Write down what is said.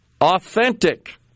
authentic